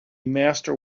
master